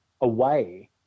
away